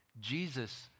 jesus